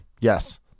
Yes